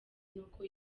n’uko